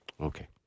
Okay